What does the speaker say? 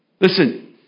Listen